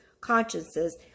consciences